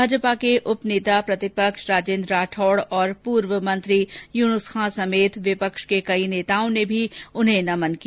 भाजपा के उपनेता प्रतिपक्ष राजेन्द्र राठौड़ और पूर्व मंत्री यूनुस खान समेत विपक्ष के कई नेताओं ने भी उन्हें नमन किया